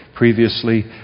Previously